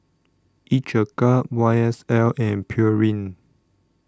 Each A Cup Y S L and Pureen